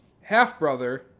half-brother